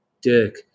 dick